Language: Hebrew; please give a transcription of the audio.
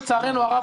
לצערנו הרב,